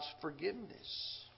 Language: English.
forgiveness